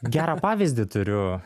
gerą pavyzdį turiu